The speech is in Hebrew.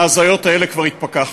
מההזיות האלה כבר התפכחנו,